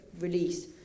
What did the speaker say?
release